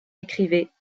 écrivait